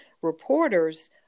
reporters